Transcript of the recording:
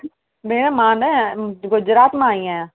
भेण मां न गुजरात मां आई आहियां